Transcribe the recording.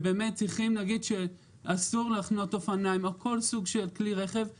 צריך להגיד שאסור לחנות אופניים או כל סוג של כלי רכב בתחנות,